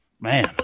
Man